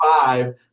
five